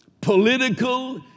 political